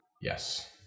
Yes